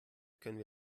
können